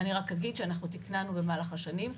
אני רק אגיד שאנחנו תיקננו במהלך השנים,